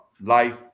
life